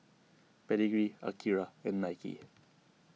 Pedigree Akira and Nike